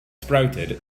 sprouted